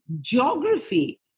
geography